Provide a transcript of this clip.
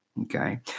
Okay